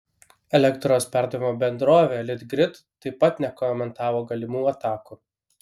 elektros perdavimo bendrovė litgrid taip pat nekomentavo galimų atakų